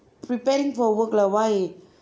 preparing for work lah why